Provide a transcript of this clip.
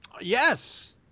Yes